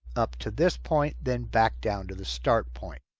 up to this point, then back down to the start point.